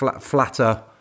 flatter